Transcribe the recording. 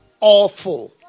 Awful